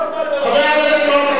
חבר הכנסת יואל חסון,